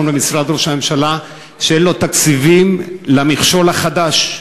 ובמשרד ראש הממשלה שאין תקציבים למכשול החדש,